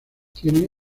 tiene